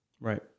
Right